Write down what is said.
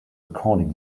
recording